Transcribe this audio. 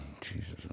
jesus